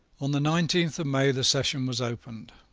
on the nineteenth of may the session was opened.